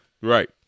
right